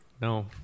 No